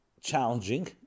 challenging